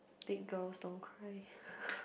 big-girls-don't-cry